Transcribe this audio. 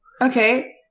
Okay